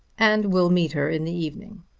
and will meet her in the evening.